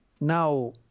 now